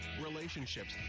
relationships